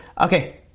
Okay